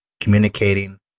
communicating